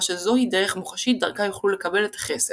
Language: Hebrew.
שזוהי דרך מוחשית דרכה יוכלו לקבל את החסד.